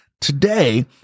Today